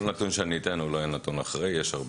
כל נתון שאתן לא יהיה נתון אחראי, יש הרבה.